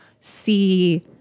see